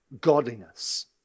godliness